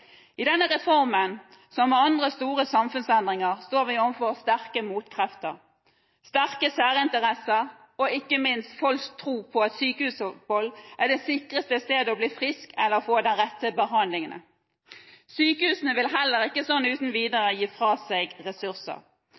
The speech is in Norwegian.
I denne reformen, som med andre store samfunnsendringer, står vi overfor sterke motkrefter, sterke særinteresser og ikke minst folks tro på at sykehusopphold er det sikreste stedet å bli frisk eller få den rette behandlingen. Sykehusene vil heller ikke sånn uten videre gi fra seg ressurser.